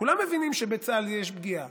כולם מבינים שבצה"ל יש פגיעה.